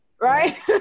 Right